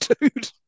dude